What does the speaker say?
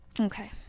Okay